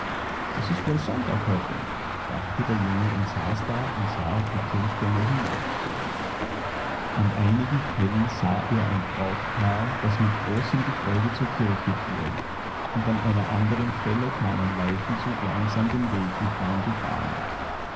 es ist wohl sonntag heute dachte der junge und saß da und sah auf die kirchgänger hinab an einer stelle sah er ein brautpaar das mit großem gefolge zur kirche fuhr und an eineranderenstellekameinleichenzuglangsamdenwegentlanggefahren er sah